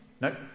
No